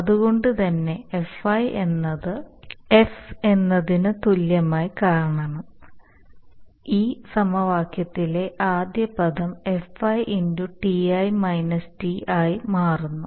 അതുകൊണ്ട് തന്നെ Fi എന്നത് F എന്നതിനു തുല്യമായ കാരണം ഈ സമവാക്യത്തിലെ ആദ്യ പദം Fi Ti - T ആയി മാറുന്നു